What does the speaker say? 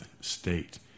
state